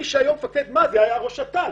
מי שהיום מפקד מז"י היה אז ראש אט"ל